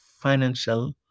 financial